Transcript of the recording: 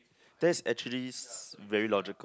there's actually very logical